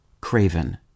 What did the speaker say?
craven